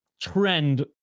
trend